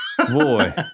Boy